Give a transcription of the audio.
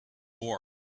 war